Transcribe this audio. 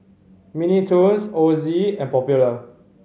Mini Toons Ozi and Popular